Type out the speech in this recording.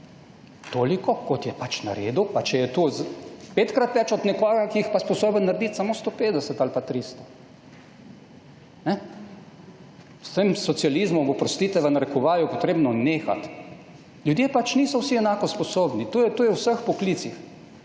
toliko kot je pač naredil, pa če je to petkrat več od nekoga, ki jih je pa sposoben narediti samo 150 ali pa 300. S tem socializmom, oprostite, v narekovaju bo potrebno nehati. Ljudje pač niso vsi enako sposobni, to je v vseh poklicih.